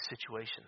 situations